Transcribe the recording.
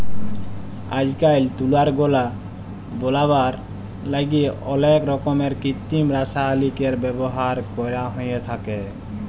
আইজকাইল তুলার গলা বলাবার ল্যাইগে অলেক রকমের কিত্তিম রাসায়লিকের ব্যাভার ক্যরা হ্যঁয়ে থ্যাকে